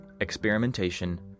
experimentation